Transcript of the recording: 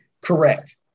Correct